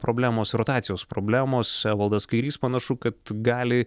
problemos rotacijos problemos evaldas kairys panašu kad gali